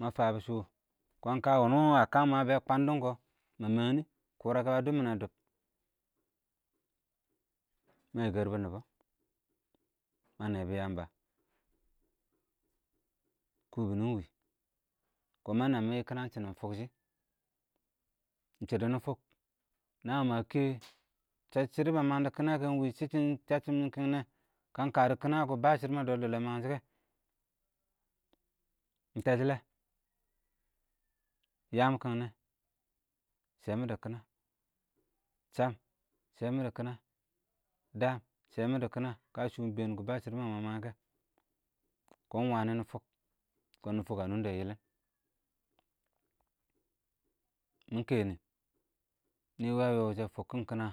mə fəbɔ shʊʊ,kɔn kə wɪnɪ wɪ ə kəəmə bɪ kwəndɪn kɔ, mə məngnɪ?, kʊrəkɛ bə dʊm mɪnɛ dʊʊb, mə yɪ kɛrbʊ nɪbɔ, mə nɛbɔ ɪng yəmbə, kʊbɪnɪ ɪng wɪɪ, kɔn mə nəə mɪ kɪnə ɪng shɪnɪn fʊkshɪ, ɪng shɪdo nɪ fʊk,nə mə kɛɛ, səsshɪn shɪrɪ bə məng dɪ kɪnə ke ɪng wɪɪ chɪcchɪn shəcchɪn ɪng wɪ kɪngnɛ, kəən ɪng kɛ dɪ kɪnə kɛ bə shɪdɔ bə dɔl-dɔl ɪng məngshɪ kɛ, ɪng tɔshɔ lɛ, ɪng yəəm kɪngnɛ sɛ mɪdɪ kɪnə, chəpp sɛ mɪdɪ kɪnə, dəəmm sɛ mɪdɪ kɪnə kə shʊ ɪng bɛɛn bə shɪdʊ mə məng kɛ, kɔn ɪng wənɪ nɪ fʊk, kɔn nɪ fʊk ə nʊngdɛ yɪlɪn, mɪ kɛnɪ, nɪ wɪ ə yɔɔ wʊshɛ fʊkkɪn kɪnəa,